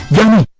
then